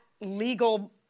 legal